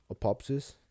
apopsis